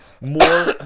More